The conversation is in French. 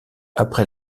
après